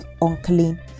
unclean